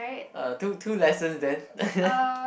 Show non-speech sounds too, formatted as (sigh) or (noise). uh two two lessons then (laughs)